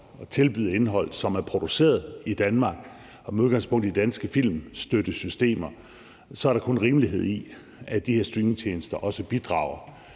og tilbyde indhold, som er produceret i Danmark og med udgangspunkt i danske filmstøttesystemer, så er der kun rimelighed i, at de her streamingtjenester også bidrager